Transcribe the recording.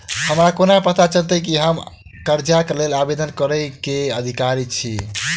हमरा कोना पता चलतै की हम करजाक लेल आवेदन करै केँ अधिकारी छियै?